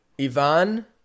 Ivan